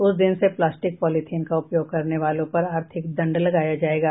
उस दिन से प्लास्टिक पॉलीथिन का उपयोग करने वालों पर आर्थिक दंड लगाया जायेगा